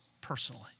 personally